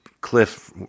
Cliff